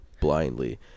blindly